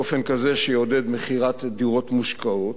באופן כזה שיעודד מכירת דירות מושקעות,